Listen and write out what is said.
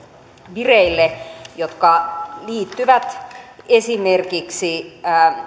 vireille ja jotka liittyvät esimerkiksi